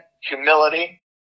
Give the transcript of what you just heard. humility